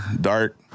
dark